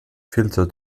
filter